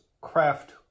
craft